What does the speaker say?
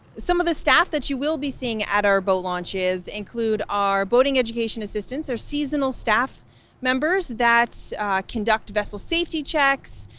some of the staff that you will be seeing at our boat launches include our boating education assistants. they're seasonal staff members that conduct vessel safety checks,